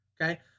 okay